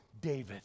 David